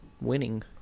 winning